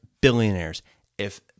billionaires—if